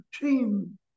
team